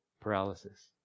paralysis